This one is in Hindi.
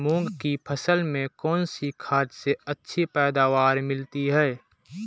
मूंग की फसल में कौनसी खाद से अच्छी पैदावार मिलती है?